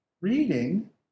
reading